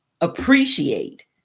appreciate